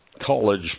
college